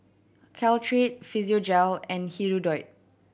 Caltrate Physiogel and Hirudoid